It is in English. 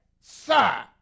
Sir